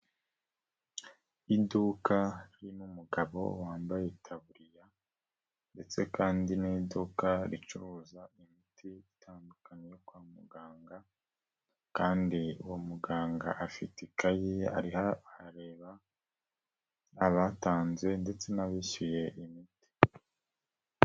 Iduka ririmo umugabo wambaye itaburiya ndetse kandi ni iduka ricuruza imiti itandukanye yo kwa muganga kandi uwo muganga afite ikayi ariho arareba abatanze ndetse n'abishyuye imiti.